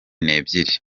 nebyiri